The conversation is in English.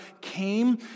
came